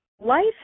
life